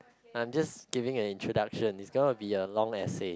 I am just giving an introduction that one will be a long essay